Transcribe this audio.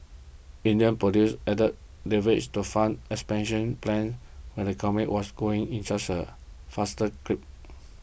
Indian producers added leverage to fund expansion plans when the economy was growing faster clip